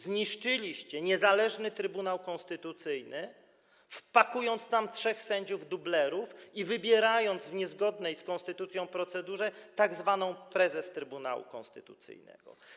Zniszczyliście niezależny Trybunał Konstytucyjny, wpakowując tam trzech sędziów dublerów i wybierając w niezgodnej z konstytucja procedurze tzw. prezes Trybunału Konstytucyjnego.